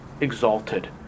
exalted